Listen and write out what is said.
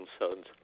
concerns